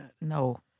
No